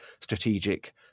strategic